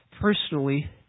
personally